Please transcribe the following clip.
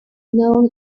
known